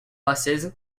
buses